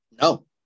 No